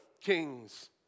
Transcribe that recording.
kings